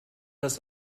das